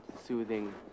soothing